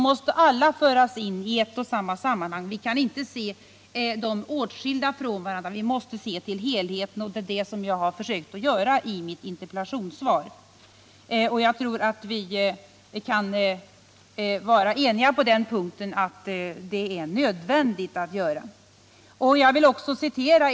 Men vi kan inte se dem åtskilda utan måste se till helheten. Det är vad jag har försökt göra i mitt interpellationssvar, och jag tror att vi kan vara eniga om att det är nödvändigt att göra det.